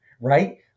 right